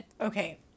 okay